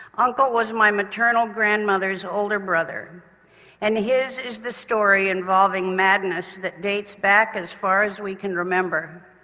uncle was my maternal grandmother's older brother and his is the story involving madness that dates back as far as we can remember.